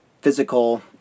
physical